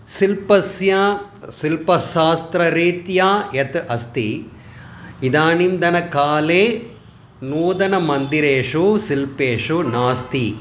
शिल्पस्य शिल्पशास्त्ररीत्या यत् अस्ति इदानीन्तनकाले नूतन मन्दिरेषु शिल्पेषु नास्ति